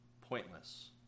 pointless